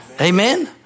Amen